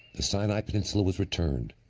the sinai peninsula was returned,